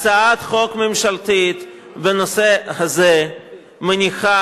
הצעת חוק ממשלתית בנושא הזה מניחה,